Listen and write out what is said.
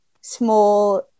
small